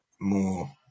more